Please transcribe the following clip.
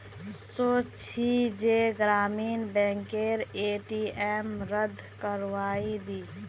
सोच छि जे ग्रामीण बैंकेर ए.टी.एम रद्द करवइ दी